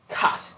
cut